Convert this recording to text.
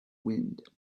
wind